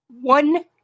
one